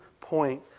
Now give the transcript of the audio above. point